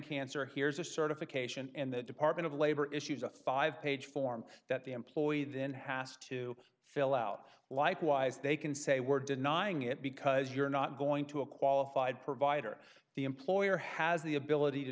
cancer here's a certification and the department of labor issues a five page form that the employee then has to fill out likewise they can say we're denying it because you're not going to a qualified provider the employer has the ability to